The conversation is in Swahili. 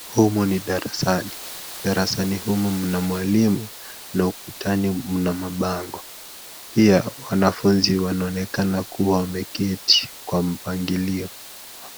Humu ni darasani, darasani humu mna mwalimu na ukutani mna mabango. Pia wanafunzi wanaonekana kuwa wameketi kwa mpangilio.